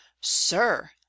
sir